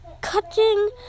cutting